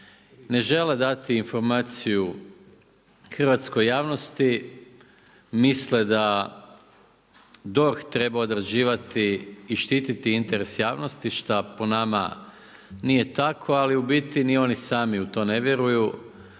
ne žele dati informaciju hrvatskoj javnosti, misle da DORH treba odrađivati i štiti interes javnosti šta po nama nije tako ali u biti ni oni sami u to ne vjeruju